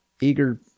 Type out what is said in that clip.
eager